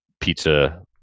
pizza